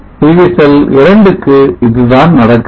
PV cell 2 க்கு இதுதான் நடக்கிறது